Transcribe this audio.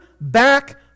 back